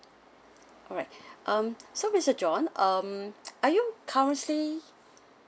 alright um so mister john um are you currently